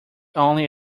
only